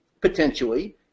potentially